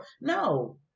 No